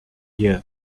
year